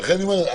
לכן אני אומר,